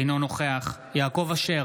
אינו נוכח יעקב אשר,